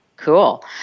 Cool